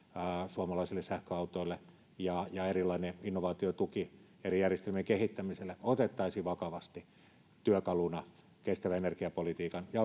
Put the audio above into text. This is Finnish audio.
suomalaisille sähköautoille ja ja erilaiset innovaatiotuet eri järjestelmien kehittämiselle otettaisiin vakavasti työkaluna kestävän energiapolitiikan ja